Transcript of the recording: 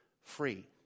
free